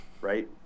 right